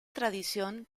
tradición